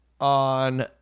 on